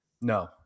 No